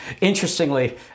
Interestingly